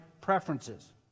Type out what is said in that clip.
preferences